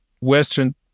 western